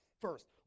First